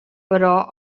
però